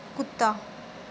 ਕੁੱਤਾ